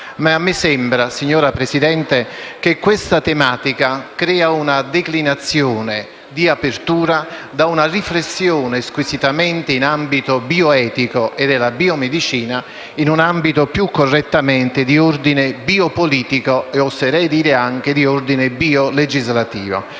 A me sembra, signora Presidente, che questa tematica crei una declinazione di apertura da una riflessione squisitamente in ambito bioetico e della biomedicina in un ambito più correttamente di ordine biopolitico e - oserei dire - di ordine "biolegislativo".